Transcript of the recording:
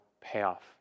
payoff